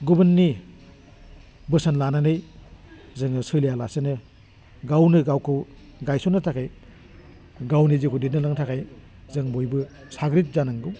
गुबुननि बोसोन लानानै जोङो सोलिया लासेनो गावनो गावखौ गायसन्नो थाखाय गावनि जिउखौ दैदेनलांनो थाखाय जों बयबो साग्रिद जानांगौ